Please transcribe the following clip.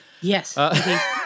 Yes